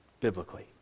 Biblically